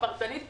הפרטנית,